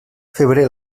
febrer